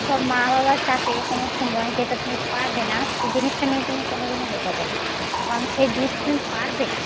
তোর মা বাবা চাপে কোনো সময় যেটা তুমি পারবে না সেই জিনিসটা নিয়ে তুমি কোনোদিন হয়ে গবে না কারণ সেই জিনিসটা তুমি পারবে না